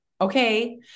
Okay